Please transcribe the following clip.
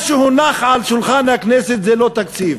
מה שהונח על שולחן הכנסת זה לא תקציב.